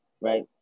Right